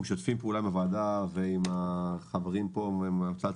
אנחנו משתפים פעולה עם הוועדה ועם החברים פה ועם